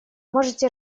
можете